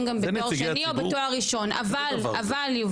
בתואר שני או בתואר ראשון אבל יובל,